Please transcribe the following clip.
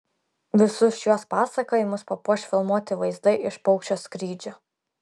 visus šiuos pasakojimus papuoš filmuoti vaizdai iš paukščio skrydžio